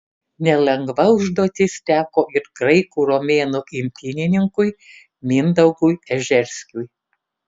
nelengva užduotis teko ir graikų romėnų imtynininkui mindaugui ežerskiui